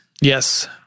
Yes